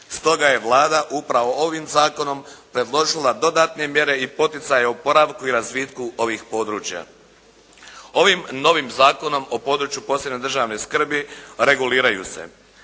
Stoga je Vlada upravo ovim zakonom predložila dodatne mjere i poticaje oporavku i razvitku ovih područja. Ovim novim Zakonom o području posebne državne skrbi reguliraju se